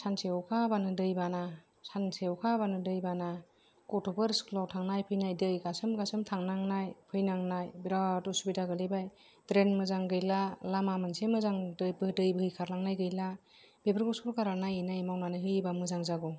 सानसे अखा हाबानो दै बाना सानसे अखा हाबानो दै बाना गथ'फोर स्कुलाव थांनाय फैनाय दै गासोम गासोम थांनांनाय फैनांनाय बिराद उसुबिदा गोलैबाय द्रेन मोजां गैला लामा मोनसे मोजां दै बो दै बोहैखारलांनाय गैला बेफोरखौ सरखारा नायै नायै मावनानै होयोबा मोजां जागौ